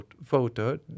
voter